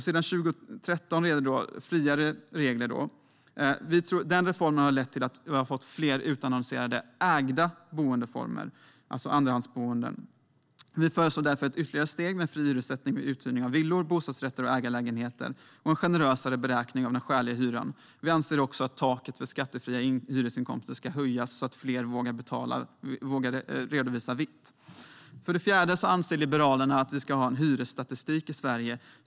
Sedan 2013 råder friare regler, och det har lett till fler utannonserade andrahandsboenden i ägda boenden. Vi föreslår nu ett ytterligare steg med en friare hyressättning vid uthyrning av villor, bostadsrätter och ägarlägenheter genom en generösare beräkning av skälig hyra. Vi anser också att taket för skattefria hyresinkomster ska höjas så att fler vågar redovisa vitt. För det fjärde vill vi ha en hyresstatistik i Sverige.